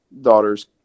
daughters